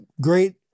great